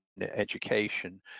education